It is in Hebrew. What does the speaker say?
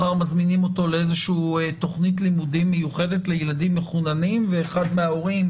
מחר מזמינים אותו לתוכנית לימודים מיוחדת לילדים מחוננים ואחד מההורים,